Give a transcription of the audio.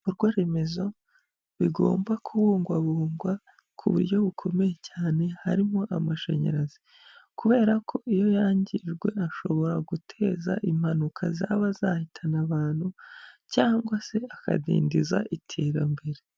Ibikorwaremezo bigomba kubungwabungwa ku buryo bukomeye cyane, harimo amashanyarazi kubera ko iyo yangijwe ashobora guteza impanuka zaba zahitana abantu cyangwa se akadindiza iterambere.